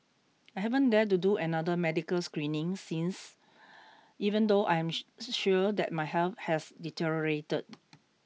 I haven't dared to do another medical screening since even though I am sure that my health has deteriorated